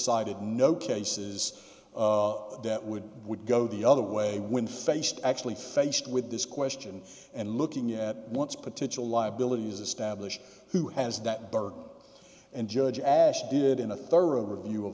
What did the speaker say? cited no cases that would would go the other way when faced actually faced with this question and looking at once potential liabilities established who has that bar and judge as did in a thorough review